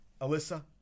Alyssa